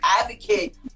advocate